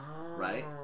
Right